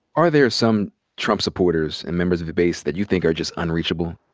are there some trump supporters and members of the base that you think are just unreachable?